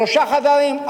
שלושה חדרים,